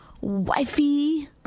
wifey